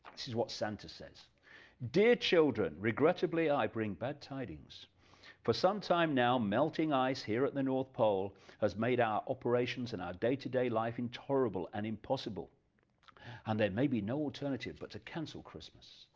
this is what santa says dear children regrettably i bring bad tidings for some time now melting ice here at the north pole has made our operations and our day-to-day life intolerable an impossible and there may be no alternative but to cancel christmas,